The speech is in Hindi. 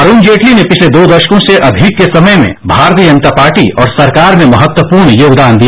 अरुण जेटली ने पिछले दो दशकों से अधिक के समय में भारतीय जनता पार्टी और सरकार में महत्वपूर्ण योगदान दिया